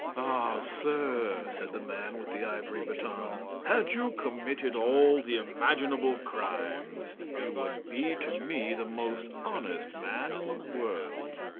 ah, sir, said the man with the ivory baton, had you committed all the imaginable crimes you would be to me the most honest man in world.